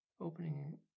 opening